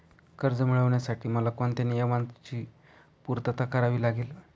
कर्ज मिळविण्यासाठी मला कोणत्या नियमांची पूर्तता करावी लागेल?